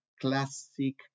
classic